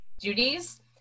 duties